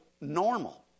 normal